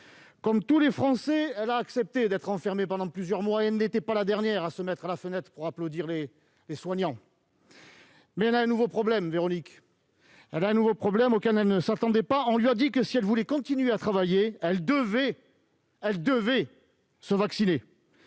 Comme tous les Français, elle a accepté d'être enfermée pendant plusieurs mois, et elle n'était pas la dernière à se mettre à la fenêtre pour applaudir les soignants. Mais Véronique a un nouveau problème, auquel elle ne s'attendait pas. On lui a dit que, si elle voulait continuer à travailler, elle devait se vacciner.